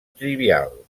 trivial